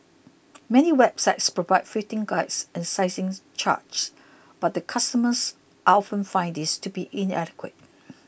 many websites provide fitting guides and sizings chart but the customers often find these to be inadequate